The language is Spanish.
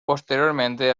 posteriormente